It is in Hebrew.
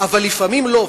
אבל לפעמים לא,